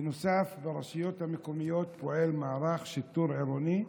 בנוסף, ברשויות המקומיות פועל מערך שיטור עירוני,